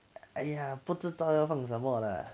!aiya! 不知道要放什么 lah